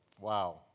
Wow